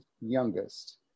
youngest